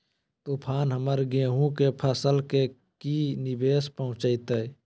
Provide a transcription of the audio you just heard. तूफान हमर गेंहू के फसल के की निवेस पहुचैताय?